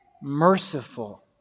merciful